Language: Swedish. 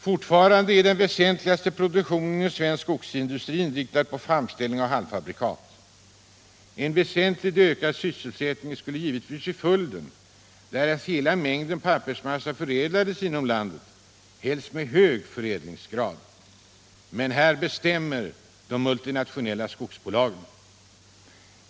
Fortfarande är den väsentligaste produktionen inom svensk skogsindustri inriktad på framställning av halvfabrikat. En väsentligt ökad sysselsättning skulle givetvis bli följden, därest hela mängden pappersmassa förädlades inom landet, helst med hög förädlingsgrad. Men här bestämmer de multinationella skogsbolagen.